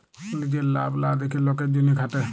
লিজের লাভ লা দ্যাখে লকের জ্যনহে খাটে